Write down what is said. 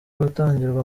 gutangirwa